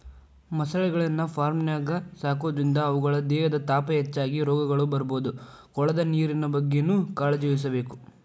ಮೊಸಳೆಗಳನ್ನ ಫಾರ್ಮ್ನ್ಯಾಗ ಸಾಕೋದ್ರಿಂದ ಅವುಗಳ ದೇಹದ ತಾಪ ಹೆಚ್ಚಾಗಿ ರೋಗಗಳು ಬರ್ಬೋದು ಕೊಳದ ನೇರಿನ ಬಗ್ಗೆನೂ ಕಾಳಜಿವಹಿಸಬೇಕು